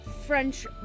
French